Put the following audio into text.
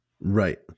right